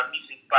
Music